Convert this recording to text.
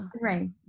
Right